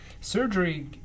surgery